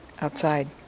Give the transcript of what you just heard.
outside